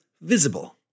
Visible